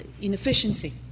inefficiency